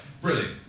brilliant